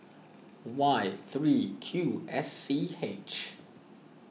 Y three Q S C H